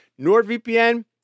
NordVPN